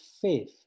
faith